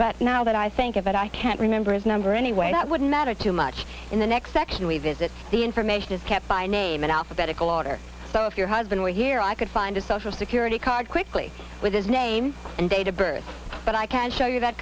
but now that i think of it i can't remember his number anyway that wouldn't matter too much in the next section we visit the information is kept by name in alphabetical order so if your husband were here i could find a social security card quickly with his name and date of birth but i can show you that